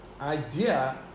idea